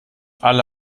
alle